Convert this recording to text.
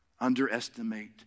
underestimate